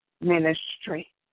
ministry